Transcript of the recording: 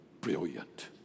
brilliant